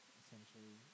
essentially